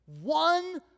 one